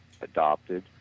adopted